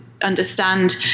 Understand